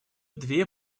две